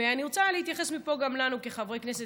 אני רוצה להתייחס מפה גם אלינו כחברי כנסת,